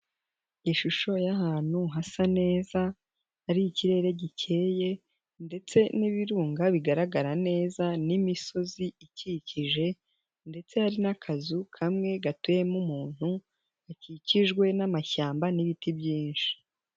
Ishusho y'ahantu hasa neza hari ikirere gikeye ndetse n'ibirunga bigaragara neza n'imisozi ikikije ndetse hari n'akazu kamwe gatuyemo umuntu gakikijwe n'amashyamba n'ibiti byinshi.